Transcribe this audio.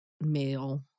male